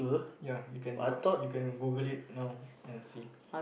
ya you can watch you can Google it now and see